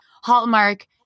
Hallmark